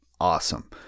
awesome